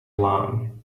alarm